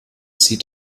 sie